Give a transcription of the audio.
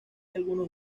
algunos